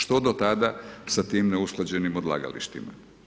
Što do tada sa tim neusklađenim odlagalištima?